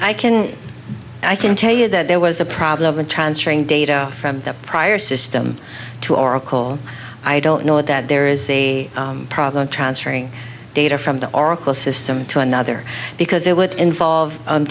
i can i can tell you that there was a problem of transferring data from the prior system to oracle i don't know that there is a problem transferring data from the oracle system to another because it would involve